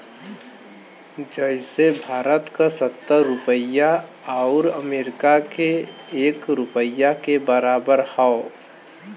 जइसे भारत क सत्तर रुपिया आउर अमरीका के एक रुपिया के बराबर हौ